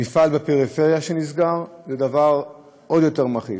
מפעל בפריפריה שנסגר זה דבר עוד יותר מכאיב.